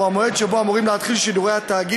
הוא המועד שבו אמורים להתחיל שידורי תאגיד